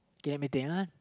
do you like Madonna